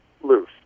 loose